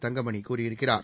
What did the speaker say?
தங்கமணி கூறியிருக்கிறார்